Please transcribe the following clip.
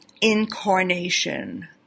incarnation